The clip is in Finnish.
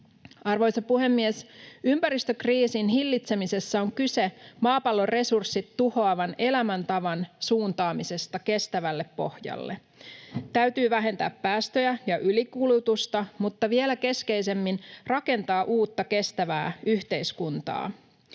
Arvoisa puhemies! Ympäristökriisin hillitsemisessä on kyse maapallon resurssit tuhoavan elämäntavan suuntaamisesta kestävälle pohjalle. Täytyy vähentää päästöjä ja ylikulutusta mutta vielä keskeisemmin rakentaa uutta kestävää yhteiskuntaa.